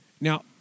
Now